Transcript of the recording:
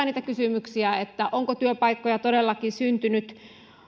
niitä kysymyksiä onko työpaikkoja todellakin syntynyt